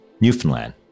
Newfoundland